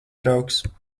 draugs